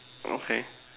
okay